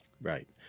right